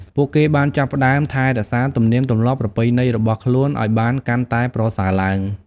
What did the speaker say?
ពួកគេបានចាប់ផ្តើមថែរក្សាទំនៀមទម្លាប់ប្រពៃណីរបស់ខ្លួនឱ្យបានកាន់តែប្រសើរឡើង។